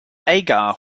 agar